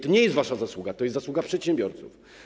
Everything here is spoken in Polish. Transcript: To nie jest wasza zasługa, to jest zasługa przedsiębiorców.